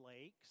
lakes